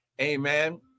Amen